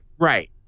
right